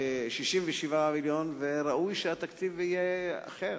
67 מיליון, וראוי שהתקציב יהיה אחר,